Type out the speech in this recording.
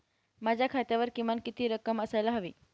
माझ्या खात्यावर किमान किती रक्कम असायला हवी?